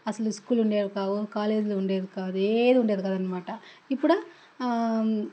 అసలు స్కూళ్ళు ఉండేవి కావు కాలేజీలు ఉండేవి కాదు ఏదీ ఉండేది కాదన్నమాట ఇప్పుడు